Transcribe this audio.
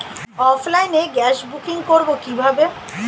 অফলাইনে গ্যাসের বুকিং করব কিভাবে?